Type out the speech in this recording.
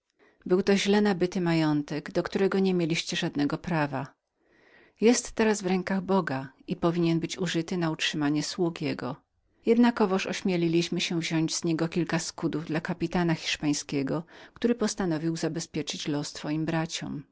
był to źle nabyty majątek do którego niemieliście żadnego prawa jest teraz w rękach boga i powinien być użytym na utrzymanie sług jego jednakowoż ośmieliliśmy się wziąść z niego kilka skudów dla kapitana hiszpańskiego który postanowił zabezpieczyć los twoim braciom